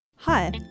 Hi